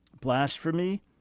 blasphemy